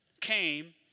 came